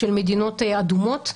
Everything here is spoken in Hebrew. של מדינות אדומות.